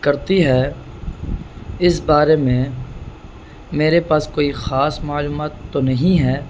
کرتی ہے اس بارے میں میرے پاس کوئی خاص معلومات تو نہیں ہے